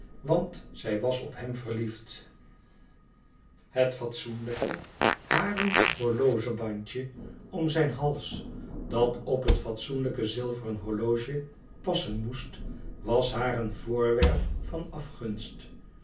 want zij was op hem verliefd het fatsoenlijke haren horlogebandje om zijn hals dat op het fatsoenlijke zilveren horloge passen moest was haar een voorwerp van afgunst